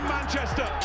Manchester